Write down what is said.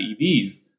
EVs